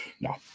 no